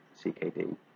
ckd